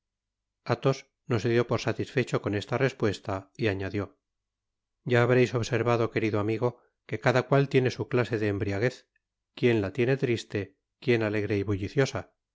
athos no se dió por satisfecho con esta respuesta y añadió ya habreis observado querido amigo que cada cual tiene su clase de embriaguez quien la tiene triste quien alegre y bulliciosa